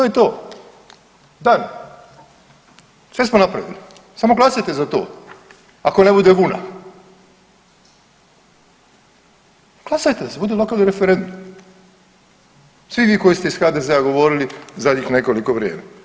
Dalje, sve smo napravili, samo glasajte za to ako ne bude vuna, glasajte da bude lokalni referendum svi vi koji ste iz HDZ-a govorili u zadnjih nekoliko vrijeme.